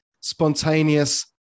spontaneous